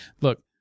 Look